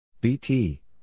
BT